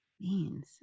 Beans